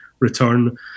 return